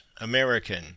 American